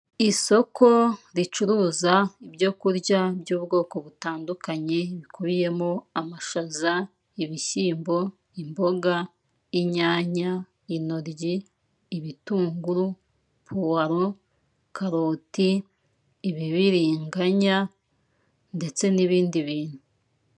Isoko ricuruza ibyo kurya by'ubwoko butandukanye bikubiyemo amashaza, ibishyimbo, imboga, inyanya, intoryi, ibitunguru, puwalo, karoti, ibibiringanya ndetse n'ibindi bintu.